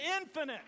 infinite